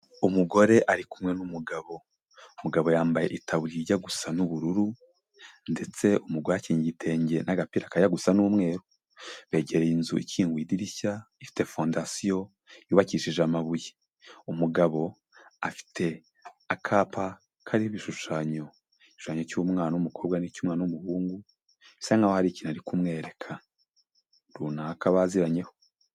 Umugore ari kumwe n'umugabo. Umugabo yambaye itaburiya ijya gusa n'ubururu ndetse umugore akenyeye igitenge n'agapira kajyaa gusa n'umweru begereye inzu ikinguye idirishya ifite fondasiyo yubakishije amabuye. Umugabo afite akapa kariho ibishushanyo, igishushanyo cy'umwana w'umukobwa n'icy'umwana w'umuhungu bisa naho ari ikintu ari kumwereka runaka baziranyeho.